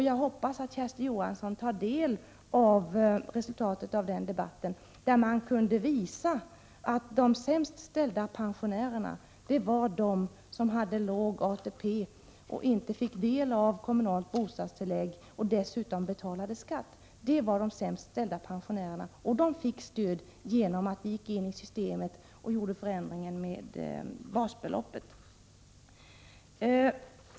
Jag hoppas att Kersti Johansson tar del av resultatet av den debatten, där man kunde visa att de sämst ställda pensionärerna var de som hade låg ATP, och inte fick del av kommunalt bostadstillägg och som dessutom betalade skatt. De fick stöd genom att vi gick in i systemet och gjorde förändringen med basbeloppet.